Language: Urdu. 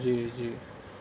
جی جی